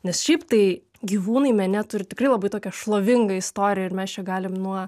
nes šiaip tai gyvūnai mene turi tikrai labai tokią šlovingą istoriją ir mes čia galim nuo